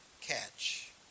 catch